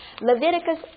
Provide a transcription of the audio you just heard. Leviticus